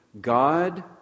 God